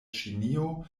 ĉinio